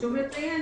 חשוב לציין